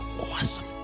awesome